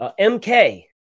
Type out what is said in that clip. MK